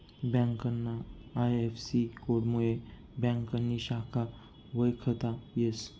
ब्यांकना आय.एफ.सी.कोडमुये ब्यांकनी शाखा वयखता येस